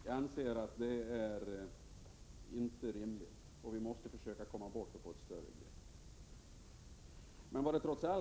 Jag anser inte den vara rimlig och att vi måste försöka komma bort från den och ta ett större grepp.